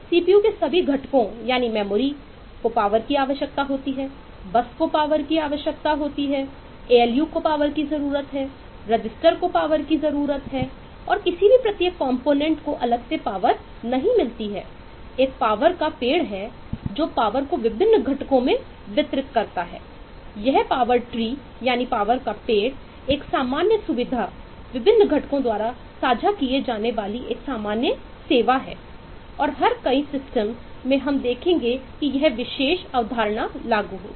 CPU में हम देखेंगे कि यह विशेष अवधारणा लागू होगी